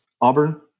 Auburn